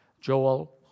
Joel